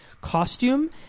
costume